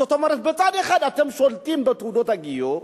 זאת אומרת, מצד אחד אתם שולטים בתעודות הגיור,